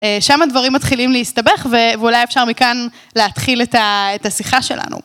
שם הדברים מתחילים להסתבך ואולי אפשר מכאן להתחיל את השיחה שלנו.